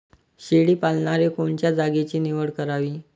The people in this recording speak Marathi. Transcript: शेळी पालनाले कोनच्या जागेची निवड करावी?